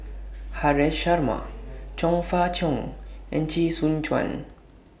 Haresh Sharma Chong Fah Cheong and Chee Soon Juan